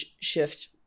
shift